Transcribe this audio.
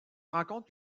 rencontre